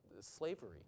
slavery